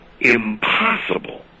impossible